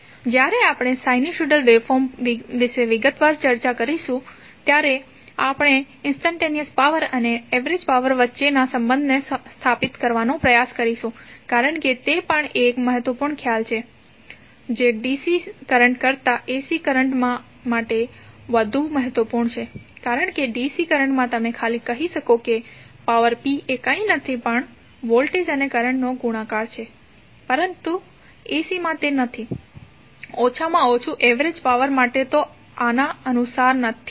તો જ્યારે આપણે સિનુસાઇડલ વેવફોર્મ્સ વિશે વિગતવાર ચર્ચા કરીશું ત્યારે આપણે ઇંસ્ટંટેનીઅસ પાવર અને એવરેજ પાવર વચ્ચેના સંબંધને સ્થાપિત કરવાનો પ્રયાસ કરીશું કારણ કે તે પણ એક મહત્વપૂર્ણ ખ્યાલ છે જે DC કરંટ કરતા AC કરંટ માટે વધુ મહત્વપૂર્ણ છે કારણ કે DC કરંટ માં તમે ખાલી કહી શકો પાવર p એ કંઇ નથી પરંતુ તે વોલ્ટેજ અને કરંટનો ગુણાકાર છે પરંતુ AC માં તે નથી ઓછામાં ઓછું એવરેજ પાવર માટે તો આના અનુસાર નથી જ